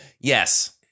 Yes